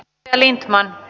että lindman